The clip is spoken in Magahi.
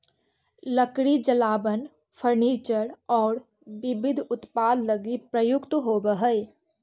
लकड़ी जलावन, फर्नीचर औउर विविध उत्पाद लगी प्रयुक्त होवऽ हई